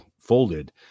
folded